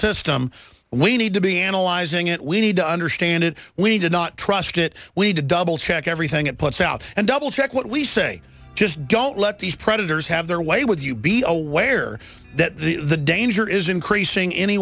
system we need to be analyzing it we need to understand it we did not trust it we need to double check everything it puts out and double check what we say just don't let these predators have their way would you be aware that the danger is increasing any